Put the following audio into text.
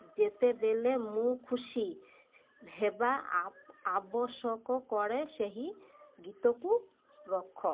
ଯେତେବେଳେ ମୁଁ ଖୁସି ହେବା ଆବଶ୍ୟକ କରେ ସେହି ଗୀତକୁ ରଖ